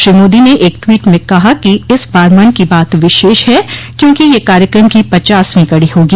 श्री मोदी ने एक टवीट में कहा कि इस बार मन को बात विशेष है क्योंकि यह कार्यक्रम की पचासवीं कड़ी होगी